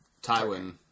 Tywin